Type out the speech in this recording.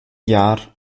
jahr